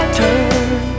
turn